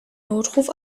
notruf